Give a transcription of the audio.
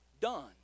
done